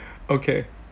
okay